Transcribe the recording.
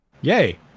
yay